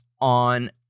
on